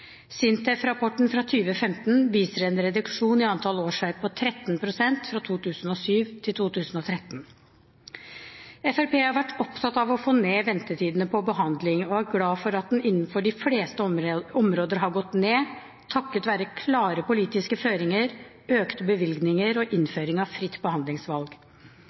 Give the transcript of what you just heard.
rapporten fra 2015 viser en reduksjon i antall årsverk på 13 pst. fra 2007 til 2013. Fremskrittspartiet har vært opptatt av å få ned ventetidene for behandling, og vi er glad for at den innenfor de fleste områder har gått ned, takket være klare politiske føringer, økte bevilgninger og innføring av fritt behandlingsvalg.